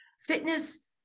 Fitness